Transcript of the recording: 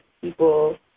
people